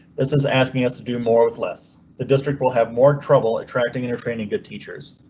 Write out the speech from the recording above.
this is asking us to do more with less. the district will have more trouble attracting entertaining good teachers.